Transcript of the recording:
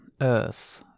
earth